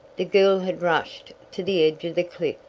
the girl had rushed to the edge of the cliff,